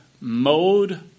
mode